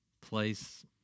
place